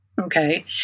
Okay